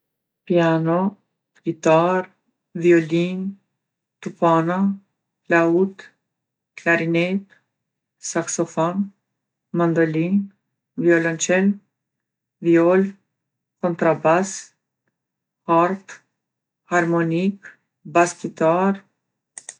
Pijano, kitarë, violinë, tupana, flautë, klarinetë, saksofon, mandolinë, violençelë, violë, kontrabas, harp, harmonikë, bas kitarë.